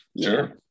Sure